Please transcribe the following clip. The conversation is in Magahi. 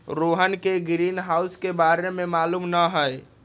रोहन के ग्रीनहाउस के बारे में मालूम न हई